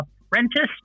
apprentice